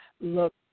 look